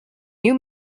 new